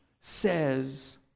says